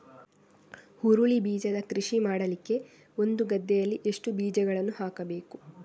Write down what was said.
ಹುರುಳಿ ಬೀಜದ ಕೃಷಿ ಮಾಡಲಿಕ್ಕೆ ಒಂದು ಗದ್ದೆಯಲ್ಲಿ ಎಷ್ಟು ಬೀಜಗಳನ್ನು ಹಾಕಬೇಕು?